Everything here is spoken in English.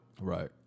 Right